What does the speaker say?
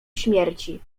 śmierci